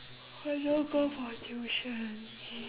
I don't go for tuition